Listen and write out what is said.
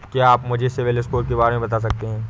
क्या आप मुझे सिबिल स्कोर के बारे में बता सकते हैं?